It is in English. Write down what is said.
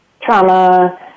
trauma